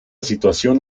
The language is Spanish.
situación